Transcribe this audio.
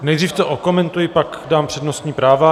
Nejdříve to okomentuji a pak dám přednostní práva.